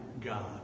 god